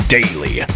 daily